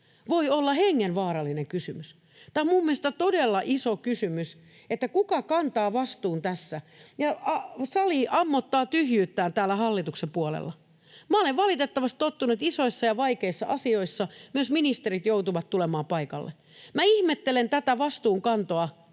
voi olla hengenvaarallinen kysymys. Tämä on minun mielestäni todella iso kysymys, että kuka kantaa vastuun tässä, ja sali ammottaa tyhjyyttään täällä hallituksen puolella. Minä olen valitettavasti tottunut siihen, että isoissa ja vaikeissa asioissa myös ministerit joutuvat tulemaan paikalle. Minä ihmettelen tätä vastuunkantoa,